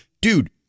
dude